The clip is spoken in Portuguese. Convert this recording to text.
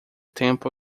tempo